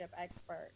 expert